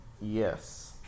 Yes